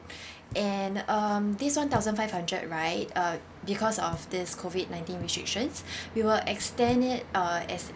and um this one thousand five hundred right uh because of this COVID ninteen restrictions we will extend it uh as